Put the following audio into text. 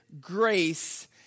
grace